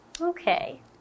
Okay